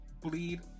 bleed